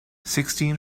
sixteen